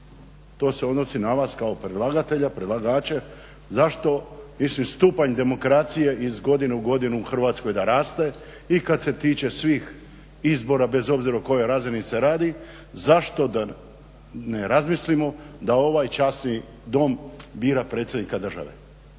to se odnosi na vas kao predlagatelja, predlagače, zašto mislim stupanj demokracije iz godine u godinu u Hrvatskoj da raste i kad se tiče svih izbora bez obzira o kojoj razini se radi zašto da ne razmislimo da ovaj časni Dom bira predsjednika države.